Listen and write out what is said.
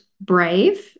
Brave